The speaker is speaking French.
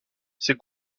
ces